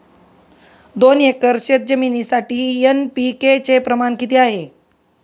दोन एकर शेतजमिनीसाठी एन.पी.के चे प्रमाण किती आहे?